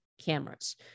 cameras